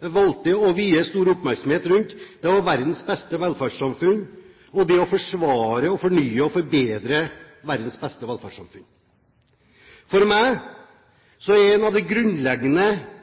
valgte å vie stor oppmerksomhet, var det å forsvare og fornye og forbedre verdens beste velferdssamfunn. For meg er ett av de grunnleggende